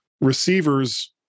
receiver's